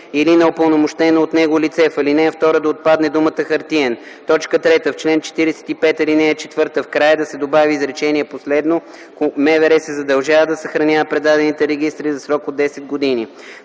„или на упълномощено от него лице”. В ал. 2 да отпадне думата „хартиен”. 3. В чл. 45, ал. 4, в края да се добави изречение последно: „МВР се задължава да съхранява предадените регистри за срок от 10 години.”